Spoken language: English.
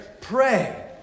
Pray